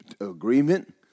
agreement